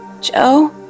Joe